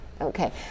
Okay